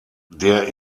der